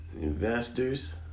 investors